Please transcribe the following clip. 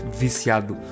viciado